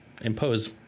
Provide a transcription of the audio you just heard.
impose